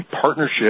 Partnership